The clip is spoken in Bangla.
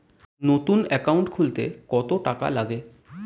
নতুন একাউন্ট খুলতে কত টাকা লাগে?